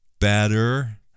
better